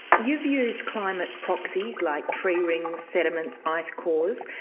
you've used climate proxies, like tree rings, sediments, ice cores,